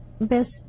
best